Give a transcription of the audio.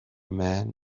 man